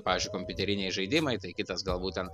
pavyžiui kompiuteriniai žaidimai tai kitas galbūt ten